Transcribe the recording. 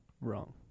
Wrong